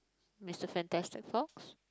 Mr Fantastic Four